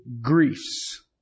griefs